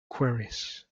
queries